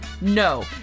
No